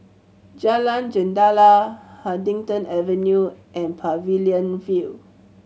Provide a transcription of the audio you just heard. Jalan Jendela Huddington Avenue and Pavilion View